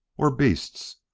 or beasts.